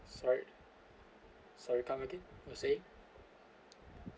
sorry sorry come again you're saying